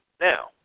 Now